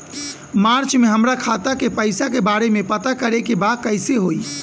मार्च में हमरा खाता के पैसा के बारे में पता करे के बा कइसे होई?